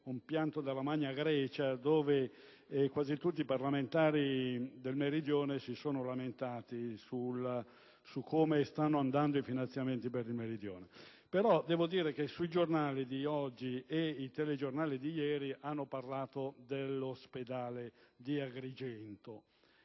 un pianto della Magna Grecia. Quasi tutti i parlamentari del Meridione si sono infatti lamentati per come stanno procedendo i finanziamenti per il Mezzogiorno. Devo però riportare che i giornali di oggi e i telegiornali di ieri hanno parlato dell'ospedale di Agrigento.